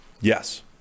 Yes